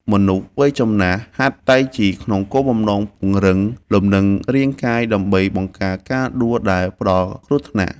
មនុស្សវ័យចំណាស់ហាត់តៃជីក្នុងគោលបំណងពង្រឹងលំនឹងរាងកាយដើម្បីបង្ការការដួលដែលផ្ដល់គ្រោះថ្នាក់។